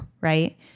right